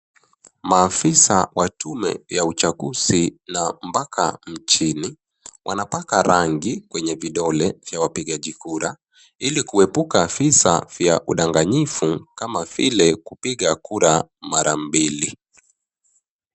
Maafisa wa tume ya uchaguzi la mpaka nchini, wanapaka rangi kwenye vidole vya wapigaji kura ili kuepuka visa vya udanganyifu kama vile kupiga kura mara mbili.